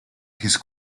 his